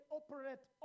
operate